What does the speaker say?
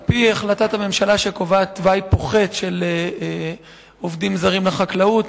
על-פי החלטת הממשלה שקובעת תוואי פוחת של עובדים זרים לחקלאות,